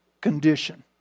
condition